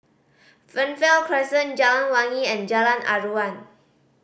Fernvale Crescent Jalan Wangi and Jalan Aruan